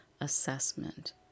assessment